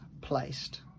placed